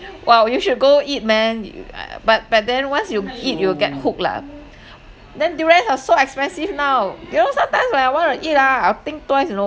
!wow! you should go eat man you but but then once you eat you will get hooked lah then durians are so expensive now you know sometimes when I want to eat ah I'll think twice you know